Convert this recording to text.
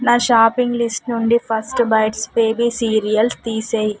నా shopping list నుండి first bites baby cereals తీసేయి